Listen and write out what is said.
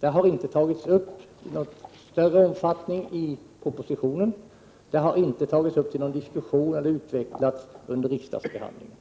Saken har inte tagits upp i större omfattning i propositionen — den har inte tagits upp till diskussion, inte utvecklats, under riksdagsbehandlingen.